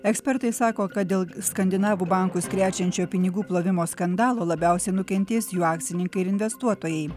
ekspertai sako kad dėl skandinavų bankus krečiančio pinigų plovimo skandalo labiausiai nukentės jų akcininkai investuotojai